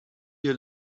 you